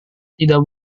tidak